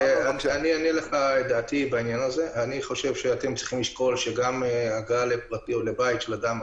אני חושב שאתם צריכים לשקול את זה שגם הגעה לבית של אדם,